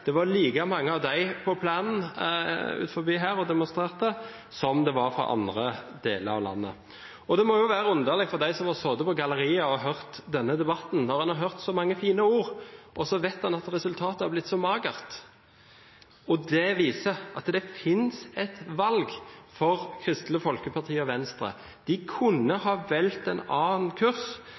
Det var like mange av dem på plenen utenfor her og demonstrerte som det var bønder fra andre deler av landet. Det må være underlig for dem som har sittet på galleriet og hørt på denne debatten. De har hørt så mange fine ord, og så vet de at resultatet har blitt så magert. Det viser at det finnes et valg for Kristelig Folkeparti og Venstre. De kunne ha valgt en annen kurs.